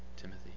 Timothy